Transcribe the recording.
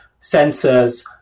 sensors